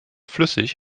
flüssig